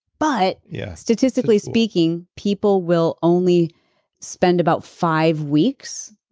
but yeah statistically speaking, people will only spend about five weeks.